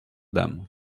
dame